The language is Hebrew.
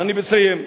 אני מסיים.